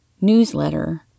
newsletter